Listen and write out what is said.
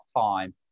time